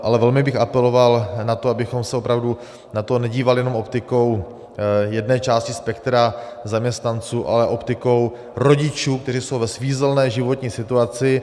Ale velmi bych apeloval na to, abychom se opravdu nedívali jenom optikou jedné části spektra zaměstnanců, ale optikou rodičů, kteří jsou ve svízelné životní situaci.